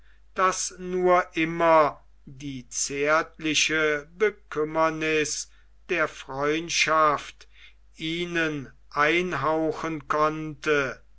das nur immer die zärtliche bekümmerniß der freundschaft ihnen einhauchen konnte